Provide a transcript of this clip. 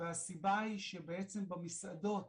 הסיבה היא שבעצם במסעדות